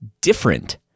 different